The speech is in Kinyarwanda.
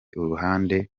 uruhande